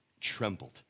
trembled